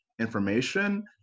information